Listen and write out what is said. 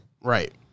Right